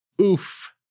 Oof